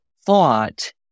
thought